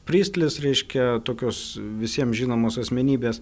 pristlis reiškia tokios visiems žinomos asmenybės